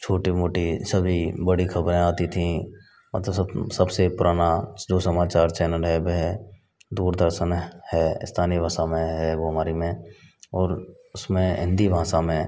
छोटी मोटी सभी बड़ी खबरें आती थीं मतलब सबसे पुराना जो समाचार चैनल है वह दूरदर्शन है स्थानीय भाषा में है वह हमारे में और उसमें हिन्दी भाषा में